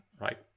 right